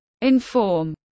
Inform